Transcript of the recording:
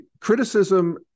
criticism